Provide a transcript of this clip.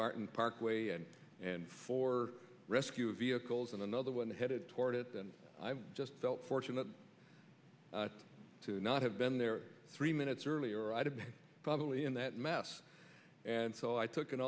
barton parkway and and for rescue vehicles and another one headed toward it and i just felt fortunate to not have been there three minutes earlier i'd have been probably in that mess and so i took an